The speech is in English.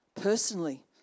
personally